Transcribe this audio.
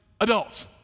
adults